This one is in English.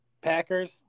Packers